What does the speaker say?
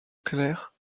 clair